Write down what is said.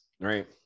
right